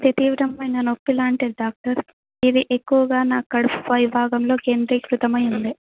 తీవ్రమైన నొప్పిలాంటిది డాక్టర్ ఇది ఎక్కువగా నా కడుపు పై భాగంలో కేంద్రీ క్రితమై ఉంది